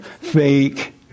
Fake